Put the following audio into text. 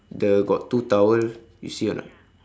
the got two towel you see or not